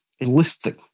listing